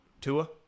Tua